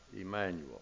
Emmanuel